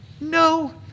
No